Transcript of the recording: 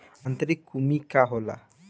आंतरिक कृमि का होला?